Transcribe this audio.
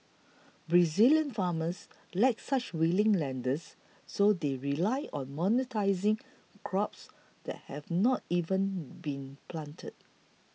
Brazilian farmers lack such willing lenders so they rely on monetising crops that have not even been planted